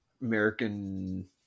American